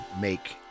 make